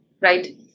right